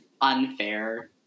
unfair